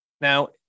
Now